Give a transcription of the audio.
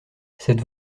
cette